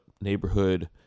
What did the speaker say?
neighborhood